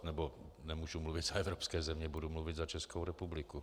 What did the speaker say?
Nebo nemůžu mluvit za evropské země, budu mluvit za Českou republiku.